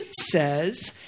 says